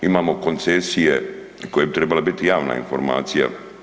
Imamo koncesije koje bi trebale biti javna informacija.